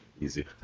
Easy